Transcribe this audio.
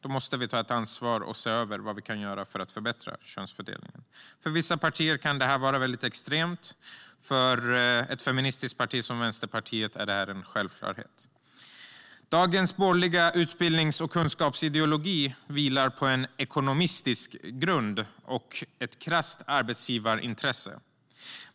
Vi måste ta ett ansvar och se över vad vi kan göra för att förbättra könsfördelningen. För vissa partier kan det här vara väldigt extremt. För ett feministiskt parti som Vänsterpartiet är det en självklarhet. Dagens borgerliga utbildnings och kunskapsideologi vilar på en ekonomistisk grund och ett krasst arbetsgivarintresse.